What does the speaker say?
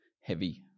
heavy